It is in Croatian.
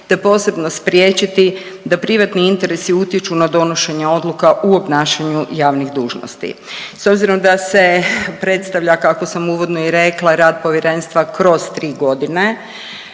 te posebno spriječiti da privatni interesi utječu na donošenje odluka u obnašanju javnih dužnosti. S obzirom da se predstavlja kako sam uvodno i rekla rad Povjerenstva kroz tri godine